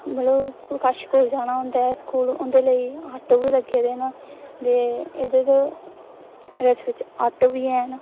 मतलब कुस कश जाना उं'दे स्कूल उं'दे लेई ऑटो बी लग्गे दे न ते इं'दे लेई इस बिच ऑटो बी हैन